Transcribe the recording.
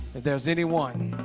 there's anyone